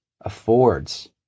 affords